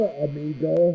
amigo